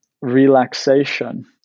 relaxation